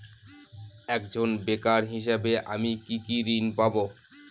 একজন বেকার হিসেবে আমি কি কি ঋণ পাব?